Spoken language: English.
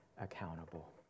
accountable